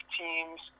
teams